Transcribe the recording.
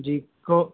جی کو